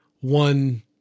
one